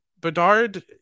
Bedard